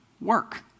Work